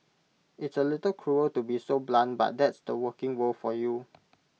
it's A little cruel to be so blunt but that's the working world for you